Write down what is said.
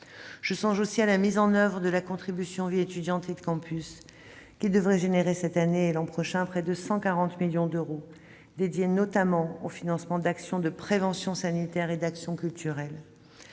Je songe également à la mise en oeuvre de la contribution de vie étudiante et de campus, qui devrait générer cette année et l'an prochain près de 140 millions d'euros, notamment consacrés au financement d'actions de prévention sanitaire et d'action culturelle.